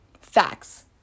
facts